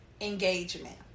engagement